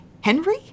Henry